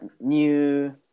new